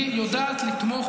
היא יודעת לתמוך,